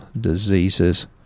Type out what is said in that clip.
diseases